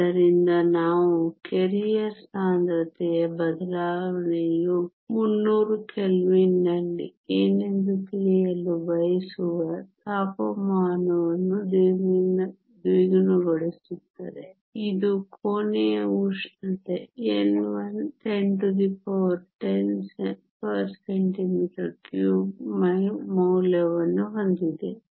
ಆದ್ದರಿಂದ ನಾವು ಕೆರಿಯರ್ ಸಾಂದ್ರತೆಯ ಬದಲಾವಣೆಯು 300 ಕೆಲ್ವಿನ್ನಲ್ಲಿ ಏನೆಂದು ತಿಳಿಯಲು ಬಯಸುವ ತಾಪಮಾನವನ್ನು ದ್ವಿಗುಣಗೊಳಿಸುತ್ತದೆ ಇದು ಕೋಣೆಯ ಉಷ್ಣತೆ n1 1010 cm 3 ಮೌಲ್ಯವನ್ನು ಹೊಂದಿದೆ